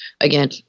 again